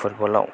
football